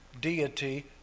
deity